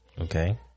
Okay